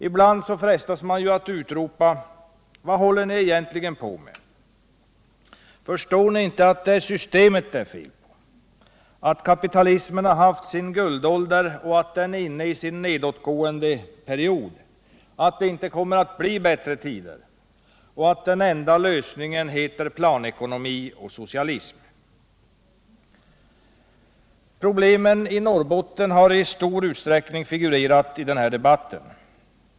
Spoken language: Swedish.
Ibland frestas man att utropa: Vad håller ni egentligen på med? Förstår ni inte att det är systemet det är fel på, att kapitalismen har haft sin guldålder och nu är inne i sin nedåtgående period, att det inte kommer att bli bättre tider, att den enda lösningen heter planekonomi och socialism? Problemen i Norrbotten har i stor utsträckning figurerat i den här debatten.